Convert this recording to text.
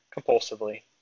compulsively